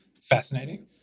fascinating